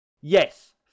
Yes